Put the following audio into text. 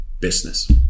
business